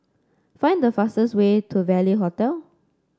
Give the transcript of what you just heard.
find the fastest way to Value Hotel